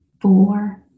four